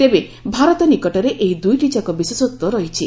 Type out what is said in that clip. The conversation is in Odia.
ତେବେ ଭାରତ ନିକଟରେ ଏହି ଦୁଇଟିଯାକ ବିଶେଷତ୍ୱ ରହିଛି